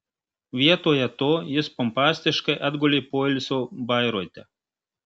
vietoje to jis pompastiškai atgulė poilsio bairoite